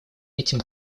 этим